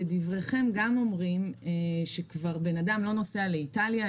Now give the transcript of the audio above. בדבריכם אתם גם אומרים שבן אדם כבר לא נוסע לאיטליה,